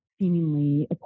seemingly